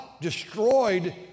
destroyed